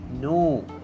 No